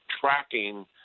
tracking